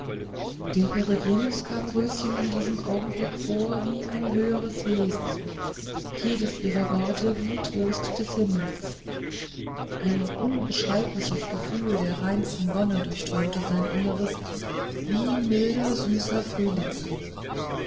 dem peregrinus kam röschen in diesem augenblick vor wie ein höheres wesen jedes ihrer worte wie trost des himmels ein unbeschreiblich gefühl der reinsten wonne durchströmte sein innres wie milder süßer frühlingshauch